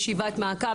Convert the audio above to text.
ישיבת מעקב.